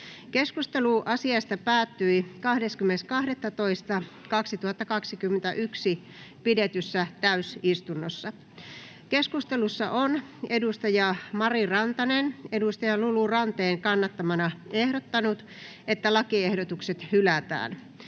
Keskustelu asiasta päättyi 20.12.2021 pidetyssä täysistunnossa. Keskustelussa on Mari Rantanen Lulu Ranteen kannattamana ehdottanut, että lakiehdotukset hylätään.